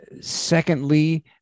Secondly